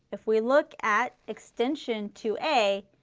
if we look at extension to a,